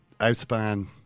Outspan